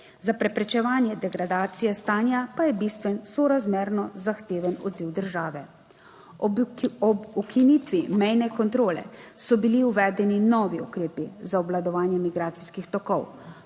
za preprečevanje degradacije stanja pa je bistven sorazmerno zahteven odziv države. Ob ukinitvi mejne kontrole so bili uvedeni novi ukrepi za obvladovanje migracijskih tokov.